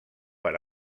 per